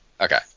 Okay